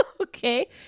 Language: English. Okay